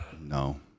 No